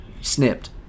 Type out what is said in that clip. snipped